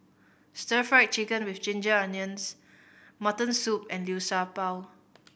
Stir Fried Chicken With Ginger Onions mutton soup and Liu Sha Bao